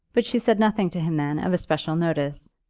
but she said nothing to him then of especial notice.